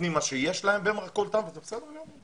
נותנים מה שיש להם במרכולתם וזה בסדר גמור.